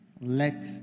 Let